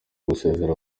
gusezera